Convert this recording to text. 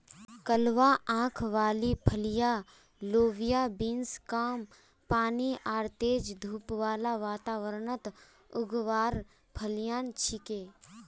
कलवा आंख वाली फलियाँ लोबिया बींस कम पानी आर तेज धूप बाला वातावरणत उगवार फलियां छिके